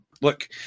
look